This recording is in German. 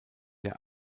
der